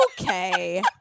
okay